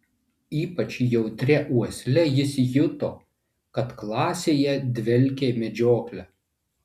ypač jautria uosle jis juto kad klasėje dvelkė medžiokle